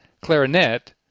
clarinet